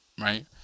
right